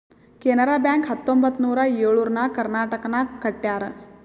Canara bank ಹತ್ತೊಂಬತ್ತ್ ನೂರಾ ಎಳುರ್ನಾಗ್ ಕರ್ನಾಟಕನಾಗ್ ಕಟ್ಯಾರ್